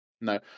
No